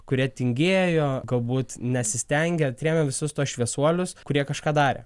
kurie tingėjo galbūt nesistengė trėmė visus tuos šviesuolius kurie kažką darė